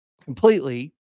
completely